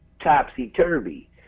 topsy-turvy